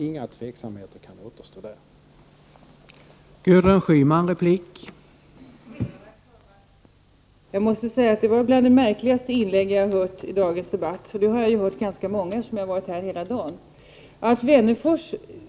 Inga tveksamheter kan återstå i det avseendet.